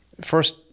first